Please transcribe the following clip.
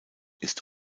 ist